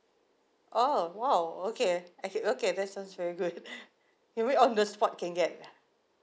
oh !wow! okay I can okay that sounds very good you mean on the spot can get